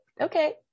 okay